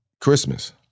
Christmas